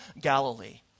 Galilee